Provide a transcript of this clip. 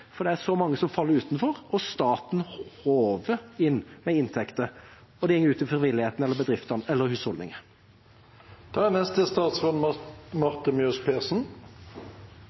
for det er så mange som faller utenfor, og staten håver inn med inntekter mens det går utover frivilligheten, bedrifter og husholdninger.